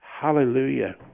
Hallelujah